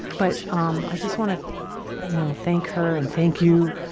but um i just want to you know thank her and thank you,